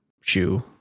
shoe